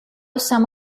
some